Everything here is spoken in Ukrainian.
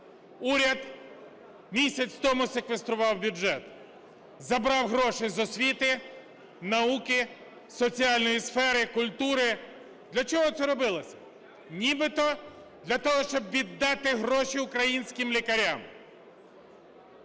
Уряд місяць тому секвестрував бюджет, забрав гроші з освіти, науки, соціальної сфери, культури. Для чого це робилося? Нібито для того, щоб віддати гроші українським лікарям,